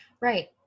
Right